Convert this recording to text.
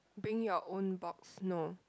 bring your own box no